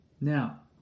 Now